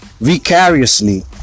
vicariously